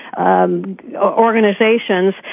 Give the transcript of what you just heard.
organizations